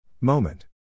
Moment